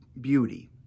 beauty